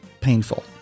painful